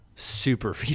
super